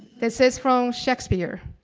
this is from shakespeare,